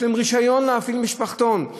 יש להן רישיון להפעיל משפחתון.